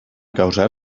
causar